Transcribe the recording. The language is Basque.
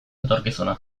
etorkizuna